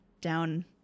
down